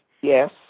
Yes